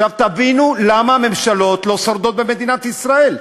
עכשיו תבינו למה הממשלות לא שורדות במדינת ישראל,